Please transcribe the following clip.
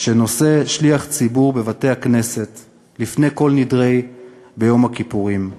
שנושא שליח ציבור בבית-הכנסת ביום הכיפורים: